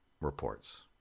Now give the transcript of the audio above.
reports